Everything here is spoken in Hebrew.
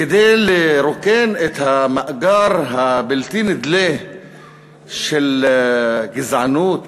כדי לרוקן את המאגר הבלתי-נדלה של גזענות